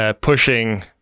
Pushing